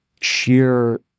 sheer